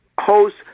host